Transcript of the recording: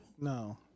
No